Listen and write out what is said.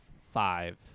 five